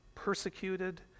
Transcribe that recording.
persecuted